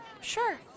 Sure